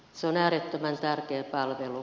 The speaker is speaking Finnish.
se on äärettömän tärkeä palvelu